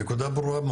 הנקודה ברורה,